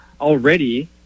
already